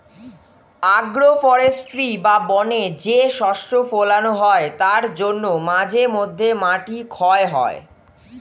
agro forestry বা বনে যে শস্য ফোলানো হয় তার জন্য মাঝে মধ্যে মাটি ক্ষয় হয়